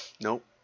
Nope